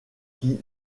qui